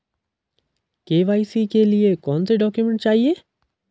KYC के लिए कौनसे डॉक्यूमेंट चाहिये?